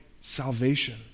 salvation